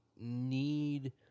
need